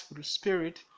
spirit